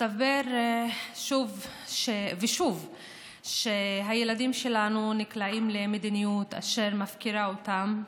מסתבר שוב ושוב שהילדים שלנו נקלעים למדיניות שמפקירה אותם.